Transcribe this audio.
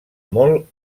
molt